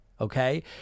okay